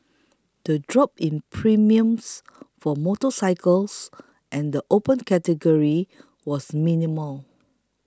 the drop in premiums for motorcycles and the Open Category was minimal